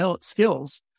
skills